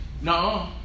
No